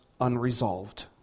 unresolved